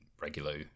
regular